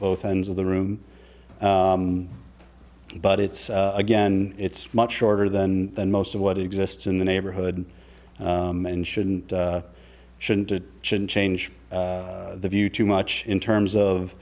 both ends of the room but it's again it's much shorter than than most of what exists in the neighborhood and shouldn't shouldn't it shouldn't change the view too much in terms